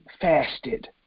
fasted